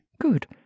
good